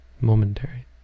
momentary